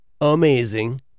amazing